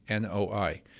NOI